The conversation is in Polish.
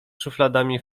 szufladami